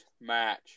match